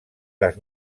les